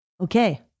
Okay